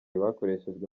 bakoreshejwe